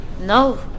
No